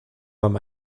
beim